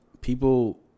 people